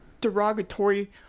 derogatory